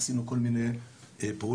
עשינו כל מיני פעולות,